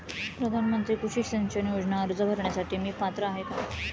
प्रधानमंत्री कृषी सिंचन योजना अर्ज भरण्यासाठी मी पात्र आहे का?